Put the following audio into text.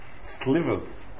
Slivers